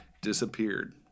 disappeared